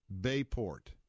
Bayport